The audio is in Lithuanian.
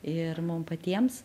ir mum patiems